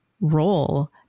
role